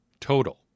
total